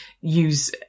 use